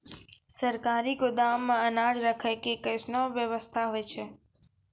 सरकारी गोदाम मे अनाज राखै के कैसनौ वयवस्था होय छै?